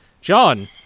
John